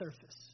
surface